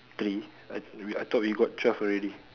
three I thought we got twelve already